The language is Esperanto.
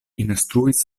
instruis